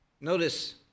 Notice